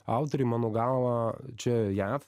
autoriai mano galva čia jav